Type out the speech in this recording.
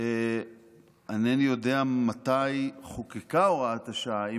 אינני יודע מתי חוקקה הוראת השעה,